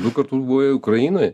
du kartus buvai ukrainoj